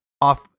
off